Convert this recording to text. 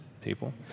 people